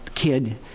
kid